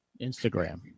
Instagram